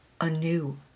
anew